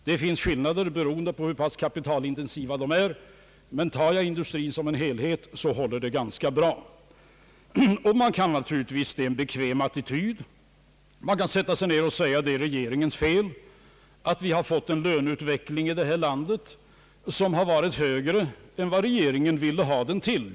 Det finns skillnader beroende på hur pass kapitalintensiva företagen är, men om jag som sagt tar industrin som en helhet, så håller mitt påstående ganska bra. Det är en bekväm attityd — man kan naturligtvis sätta sig ned och säga att det är regeringens fel att vi har fått en löneutveckling i landet, som har varit högre än vad regeringen ville ha den till.